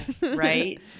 right